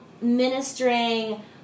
ministering